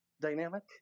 dynamic